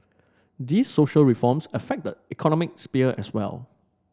these social reforms affect the economic sphere as well